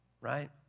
right